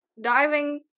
diving